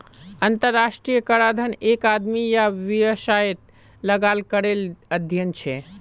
अंतर्राष्ट्रीय कराधन एक आदमी या वैवसायेत लगाल करेर अध्यन छे